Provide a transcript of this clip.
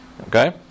Okay